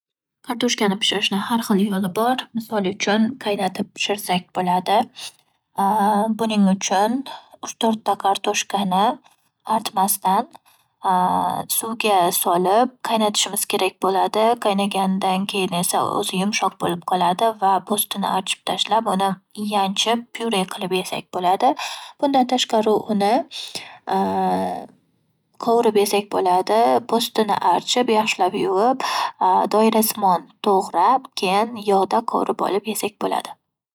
﻿Kartoshkani pishirishni har xil yo'li bor. Misol uchun qaynatib pishirsak bo'ladi. Buning uchun uch to'rtta kartoshkani archmasdan suvga solib qaynatishimiz kerak bo'ladi. Qaynagandan keyin esa o'zi yumshoq bo'lib qoladi. Va postini archib tashlab uni yanchib pyure qilib yesak bo'ladi. Bundan tashqari uni qovirib yesak bo'ladi. Postini archib, yaxshilab yuvib doirasimon to'g'rab, keyin yog'da ko'rib olib yesak bo'ladi.